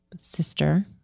sister